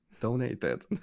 donated